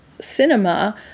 cinema